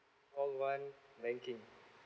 call one banking